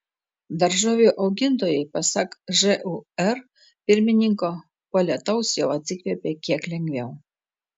daržovių augintojai pasak žūr pirmininko po lietaus jau atsikvėpė kiek lengviau